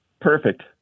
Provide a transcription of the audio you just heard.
Perfect